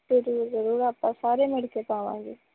ਅਤੇ ਜ਼ਰੂਰ ਜ਼ਰੂਰ ਆਪਾਂ ਸਾਰੇ ਮਿਲ ਕੇ ਪਾਵਾਂਗੇ